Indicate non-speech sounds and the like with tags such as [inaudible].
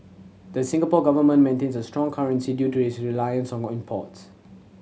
the Singapore Government maintains a strong currency due to its reliance on [unintelligible] imports